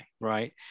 right